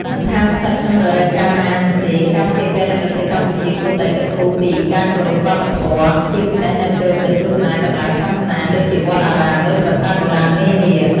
មិនថាស្ថិតក្នុងរដូវកាលណានោះទេ ការស្លៀកពាក់នៅប្រទេសកម្ពុជាគួរតែគិតគូរពី ការគោរពវប្បធម៌ ជាពិសេសនៅពេលទៅទស្សនាកន្លែងសាសនា ដូចជាវត្តអារាម ឬប្រាសាទបុរាណនានា។